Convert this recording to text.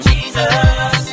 Jesus